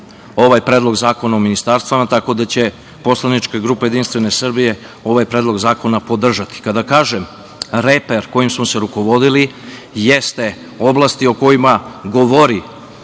ovaj predlog zakona o ministarstvima, tako da će poslanička grupa JS ovaj predlog zakona podržati. Kada kažem reper kojim smo se rukovodili, jeste oblasti o kojima govore